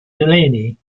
delaney